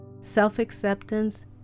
Self-acceptance